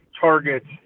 targets